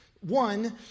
One